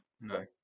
no